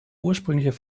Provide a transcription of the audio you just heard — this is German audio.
ursprüngliche